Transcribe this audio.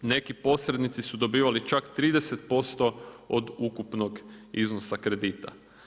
Neki posrednici su dobivali čak 30% od ukupnog iznosa kredita.